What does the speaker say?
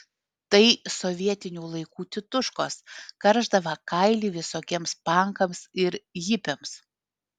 tai sovietinių laikų tituškos karšdavę kailį visokiems pankams ir hipiams